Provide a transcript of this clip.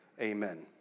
amen